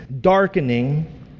darkening